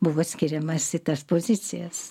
buvo skiriamas į tas pozicijas